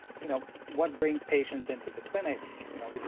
you know, what brings patients into the clinic, you know, it's,